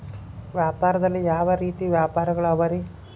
ವ್ಯಾಪಾರದಲ್ಲಿ ಯಾವ ರೇತಿ ವ್ಯಾಪಾರಗಳು ಅವರಿ?